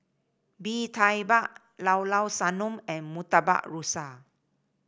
Bee Tai Mak Llao Llao Sanum and Murtabak Rusa